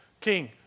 King